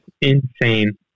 insane